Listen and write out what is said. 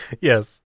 Yes